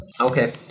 Okay